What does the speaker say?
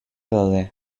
daude